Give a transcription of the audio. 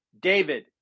David